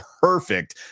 perfect